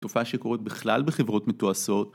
תופעה שקורית בכלל בחברות מתועשות